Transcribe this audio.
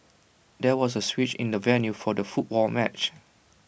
there was A switch in the venue for the football match